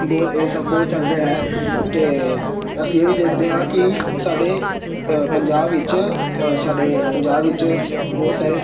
ਬਹੁਤ ਇਹ ਸਭ ਬਹੁਤ ਚੱਲ ਰਿਹਾ ਹੈ ਅਤੇ ਅਸੀਂ ਇਹ ਵੀ ਦੇਖਦੇ ਹਾਂ ਕਿ ਸਾਡੇ ਪੰਜਾਬ ਵਿੱਚ ਸਾਡੇ ਪੰਜਾਬ ਵਿੱਚ ਬਹੁਤ ਸਾਰੇ